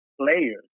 players